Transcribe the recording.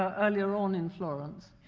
ah earlier on in florence,